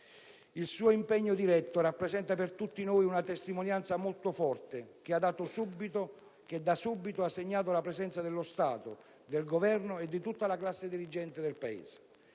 Il suo impegno diretto rappresenta per tutti noi una testimonianza molto forte, che da subito ha segnato la presenza dello Stato, del Governo e di tutta la classe dirigente del Paese.